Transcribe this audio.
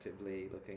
looking